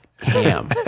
Ham